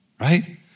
right